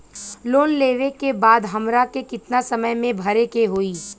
Loan लेवे के बाद हमरा के कितना समय मे भरे के होई?